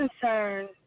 concern